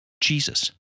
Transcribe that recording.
Jesus